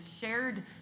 shared